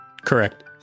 Correct